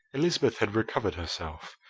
elizabeth had recovered herself.